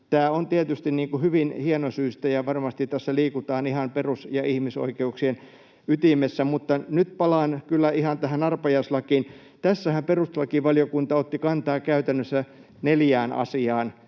Tämä on tietysti hyvin hienosyistä, ja varmasti tässä liikutaan ihan perus- ja ihmisoikeuksien ytimessä. Nyt palaan kyllä ihan tähän arpajaislakiin. Tässähän perustuslakivaliokunta otti kantaa käytännössä neljään asiaan,